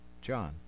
John